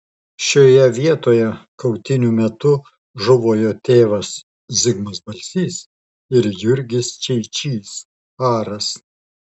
šioje vietoje kautynių metu žuvo jo tėvas zigmas balsys ir jurgis čeičys aras